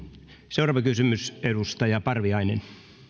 seuraava kysymys edustaja parviainen